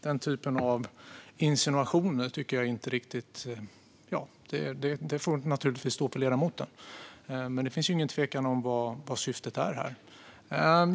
Den typen av insinuationer får naturligtvis stå för ledamoten. Men det råder inget tvivel om vad syftet är här.